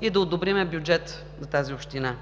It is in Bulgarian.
и одобрим бюджета за тази община.